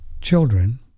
children